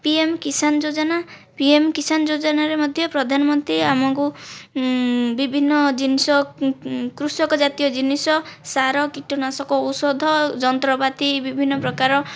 PM Kisan Yojana PM Kisan ଯୋଜନାରେ ମଧ୍ୟ ପ୍ରଧାନ ମନ୍ତ୍ରୀ ଆମକୁ ବିଭିନ୍ନ ଜିନିଷ କୃଷକ ଜାତୀୟ ଜିନିଷ ସାର କୀଟନାଶକ ଔଷଧ ଯନ୍ତ୍ରପାତି ବିଭିନ୍ନ ପ୍ରକାର